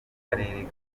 karere